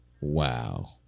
Wow